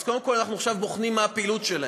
אז קודם כול אנחנו עכשיו בוחנים מה הפעילות שלהם.